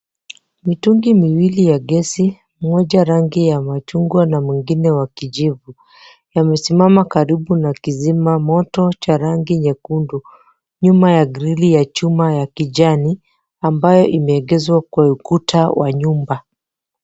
Mitungi miwili ya gesi, moja rangi ya machungwa na mwingine wa kijivu, yamesimama karibu na kizimamoto cha rangi nyekundu. Nyuma ya grili ya chuma ya kijani ambayo imeegezwa kwa ukuta wa nyumba.